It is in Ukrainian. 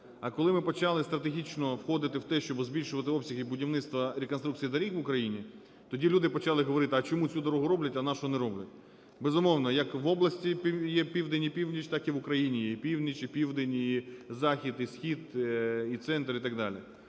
А коли ми почали стратегічно входити в те, щоби збільшувати обсяги будівництва, реконструкції доріг в Україні, тоді люди почали говорити: а чому цю дорогу роблять, а нашу не роблять? Безумовно, як в області є південь і північ, так і в Україні є і північ, і південь, і захід, і схід, і центр і так далі.